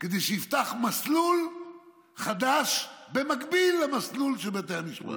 כדי שיפתח מסלול חדש במקביל למסלול של בתי המשפט.